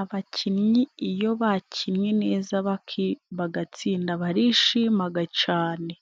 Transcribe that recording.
Abakinnyi iyo bakinnye neza bagatsinda barishimaga cane.